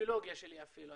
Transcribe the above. האידיאולוגיה שלנו אפילו,